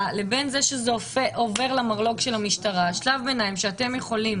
לבין זה שזה עובר למרלו"ג של המשטרה שבו אתם יכולים